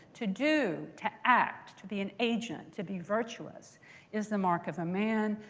to do, to act, to be an agent, to be virtuous is the mark of a man.